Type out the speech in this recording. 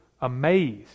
amazed